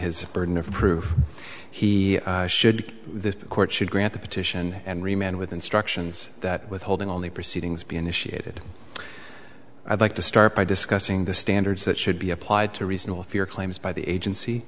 his burden of proof he should the court should grant the petition and remain with instructions that withholding all the proceedings be initiated i'd like to start by discussing the standards that should be applied to reasonable fear claims by the agency